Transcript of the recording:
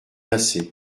assez